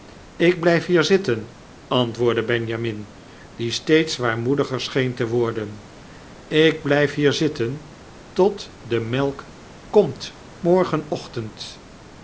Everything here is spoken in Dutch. ik blijf hier zitten antwoordde benjamin die steeds zwaarmoediger scheen te worden ik blijf hier zitten tot de melk komt morgenochtend